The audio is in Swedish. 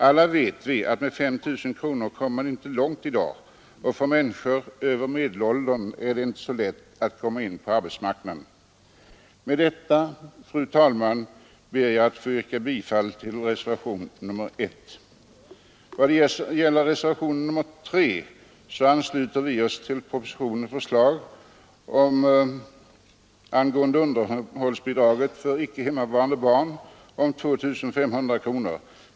Alla vet vi att med 5 000 kronor kommer man inte långt i dag, och för människor över medelåldern är det inte heller så lätt att komma in på arbetsmarknaden. Med detta, fru talman, ber jag att få yrka bifall till reservationen 1. I vad gäller reservationen 3 ansluter vi oss till propositionens förslag angående rätt till avdrag för underhållsbidrag för icke hemmavarande barn upp till 2 500 kronor.